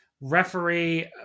referee